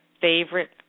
favorite